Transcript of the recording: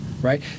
Right